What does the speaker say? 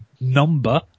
number